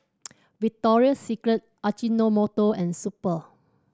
Victoria Secret Ajinomoto and Super